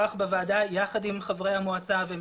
נוכח בוועדה יחד עם חברי המועצה והם